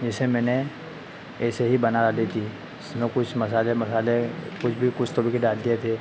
जिसे मैंने ऐसे ही बना दी थी उसमें कुछ मसाले मसाले कुछ भी कुछ तो डाल दिए थे